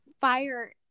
fire